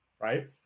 right